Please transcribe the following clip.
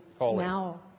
now